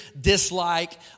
dislike